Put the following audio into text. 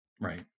right